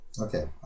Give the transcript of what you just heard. Okay